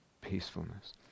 Peacefulness